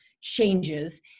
changes